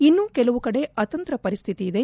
ಇನ್ನೂ ಕೆಲವಡೆ ಆತಂತ್ರ ಪರಿಸ್ಥಿತಿ ಇದೆ